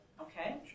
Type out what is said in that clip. Okay